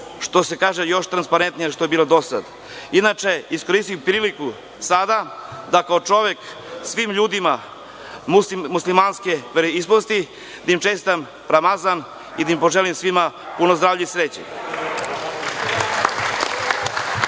što se kaže, još transparentnija nego što je bilo do sada. Inače, iskoristio bih priliku sada da, kao čovek, svim ljudima muslimanske veroispovesti čestitam Ramazan i da im poželim svima puno zdravlja i sreće.